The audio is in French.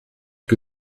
que